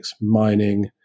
mining